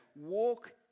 walk